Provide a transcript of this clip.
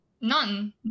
none